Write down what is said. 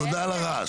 תודה על הרעש,